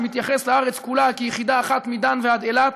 שמתייחס לארץ כולה כיחידה אחת מדן ועד אילת,